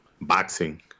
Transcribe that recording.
boxing